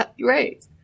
Right